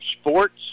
Sports